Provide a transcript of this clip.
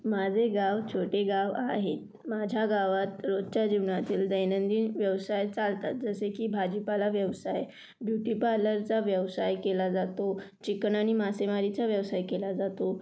माझे गाव छोटे गाव आहे माझ्या गावात रोजच्या जीवनातील दैनंदिन व्यवसाय चालतात जसे की भाजीपाला व्यवसाय ब्युटीपार्लरचा व्यवसाय केला जातो चिकन आणि मासेमारीचा व्यवसाय केला जातो